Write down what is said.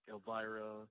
Elvira